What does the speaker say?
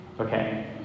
Okay